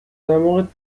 دماغت